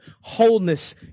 wholeness